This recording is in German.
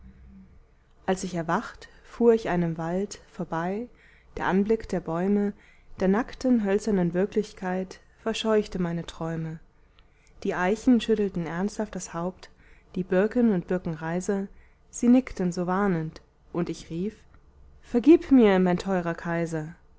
als ich erwacht fuhr ich einem wald vorbei der anblick der bäume der nackten hölzernen wirklichkeit verscheuchte meine träume die eichen schüttelten ernsthaft das haupt die birken und birkenreiser sie nickten so warnend und ich rief vergib mir mein teurer kaiser